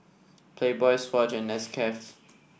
Playboy Swatch and Nescafe